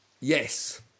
Yes